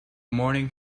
morning